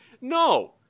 no